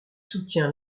soutient